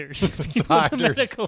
Doctors